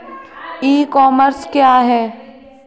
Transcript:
ई commerce क्या है?